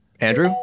Andrew